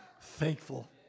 thankful